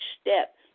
step